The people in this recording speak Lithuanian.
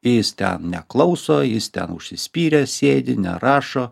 jis ten neklauso jis ten užsispyręs sėdi ne rašo